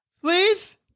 Please